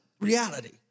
reality